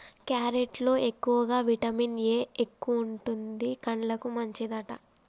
carrot లో ఎక్కువగా vitamin A ఎక్కువుంటది, కండ్లకు మంచిదట